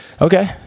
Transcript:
okay